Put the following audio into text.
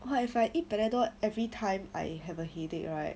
!wah! if I eat panadol every time I have a headache right